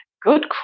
Good